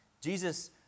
Jesus